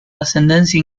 ascendencia